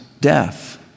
death